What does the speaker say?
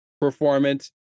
performance